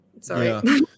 Sorry